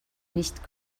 nicht